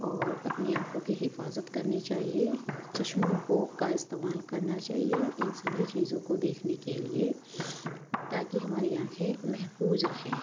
اور اپنی آنکھوں کی حفاظت کرنی چاہیے چشموں کو کا استعمال کرنا چاہیے ان سبھی چیزوں کو دیکھنے کے لیے تاکہ ہماری آنکھیں محفوظ رہیں